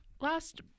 Last